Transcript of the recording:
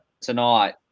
tonight